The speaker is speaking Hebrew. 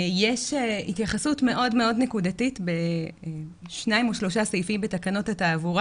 יש התייחסות מאוד מאוד נקודתית בשניים או שלושה סעיפים בתקנות התעבורה